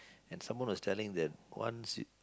and someone was telling that once